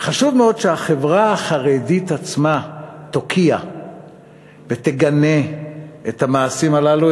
חשוב מאוד שהחברה החרדית עצמה תוקיע ותגנה את המעשים הללו,